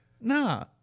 nah